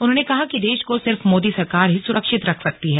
उन्होंने कहा कि देश को सिर्फ मोदी सरकार ही सुरक्षित रख सकती है